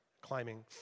climbing